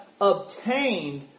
obtained